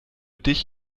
dich